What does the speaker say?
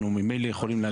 אנחנו ממילא יכולים להגיש.